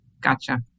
gotcha